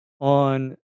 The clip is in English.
on